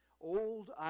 old